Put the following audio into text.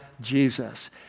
Jesus